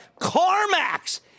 CarMax